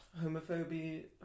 Homophobia